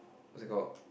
what's it called